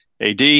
AD